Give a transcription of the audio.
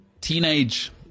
teenage